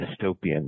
dystopian